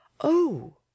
Oh